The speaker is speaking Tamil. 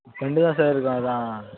ரெண்டு தான் சார் இருக்கோம் அதுதான்